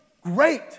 great